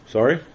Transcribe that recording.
Sorry